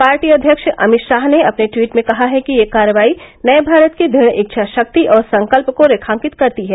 party अध्यक्ष अमित शाह ने अपने ट्वीट में कहा है कि यह कार्रवाई नये भारत की दुढ़ इच्छा शक्ति और संकल्प को रेखांकित करती है